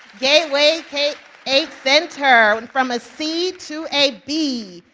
gateway k eight center went from a c to a b.